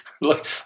Look